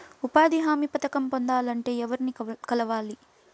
ఉపాధి హామీ పథకం పొందాలంటే ఎవర్ని కలవాలి?